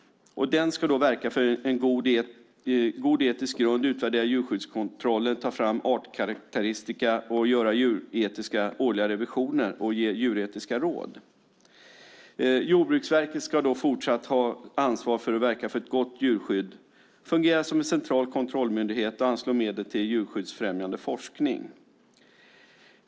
Denne ska då verka för en god etisk grund, utvärdera djurskyddskontroller, ta fram artkarakteristika, göra årliga djuretiska revisioner och ge djuretiska råd. Jordbruksverket ska då fortsatt ha ansvar för att verka för ett gott djurskydd, fungera som en central kontrollmyndighet och anslå medel till djurskyddsfrämjande forskning.